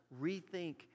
rethink